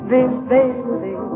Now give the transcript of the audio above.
Baby